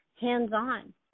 hands-on